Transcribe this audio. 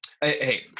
hey